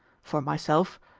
for myself,